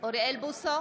אוריאל בוסו,